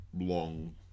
long